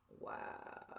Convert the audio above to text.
Wow